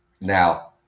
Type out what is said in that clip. Now